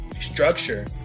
structure